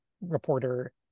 reporter